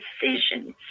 decisions